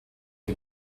die